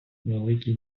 великі